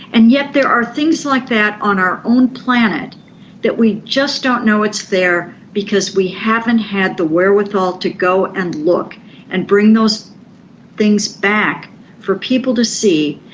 and yet there are things like that on our own planet that we just don't know it's there because we haven't had the wherewithal to go and look and bring those things back for people to see.